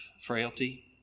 frailty